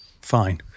fine